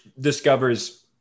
discovers